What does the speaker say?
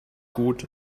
gut